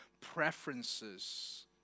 preferences